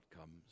comes